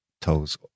toes